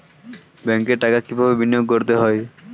ব্যাংকে টাকা কিভাবে বিনোয়োগ করতে হয়?